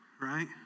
right